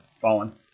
fallen